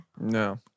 No